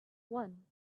one